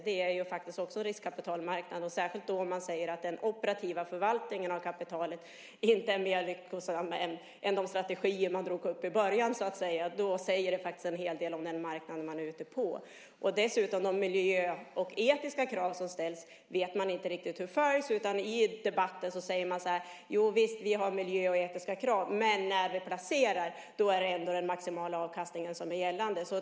Det är faktiskt också riskkapitalmarknad, särskilt om man säger att den operativa förvaltningen av kapitalet inte är mer lyckosam än de strategier man drog upp i början. Det säger faktiskt en hel del om den marknad man är ute på. Dessutom vet man inte om de etiska krav och miljökrav som ställs följs. I debatten säger man: Jovisst, vi har miljökrav och etiska krav. Men när man placerar är den maximala avkastningen det som är gällande.